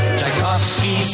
Tchaikovsky